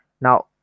Now